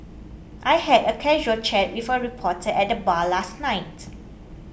I had a casual chat with a reporter at the bar last night